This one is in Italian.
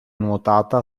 nuotata